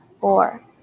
four